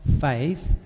faith